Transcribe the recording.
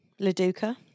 Laduca